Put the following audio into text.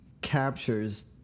captures